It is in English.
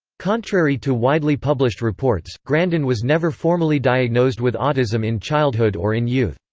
contrary to widely published reports, grandin was never formally diagnosed with autism in childhood or in youth.